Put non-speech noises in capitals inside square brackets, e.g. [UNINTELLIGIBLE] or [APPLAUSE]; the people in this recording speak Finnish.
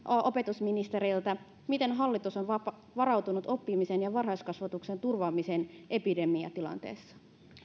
[UNINTELLIGIBLE] opetusministeriltä miten hallitus on varautunut varautunut oppimisen ja varhaiskasvatuksen turvaamiseen epidemiatilanteessa